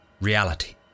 reality